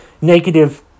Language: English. negative